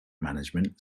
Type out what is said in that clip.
management